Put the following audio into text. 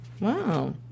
Wow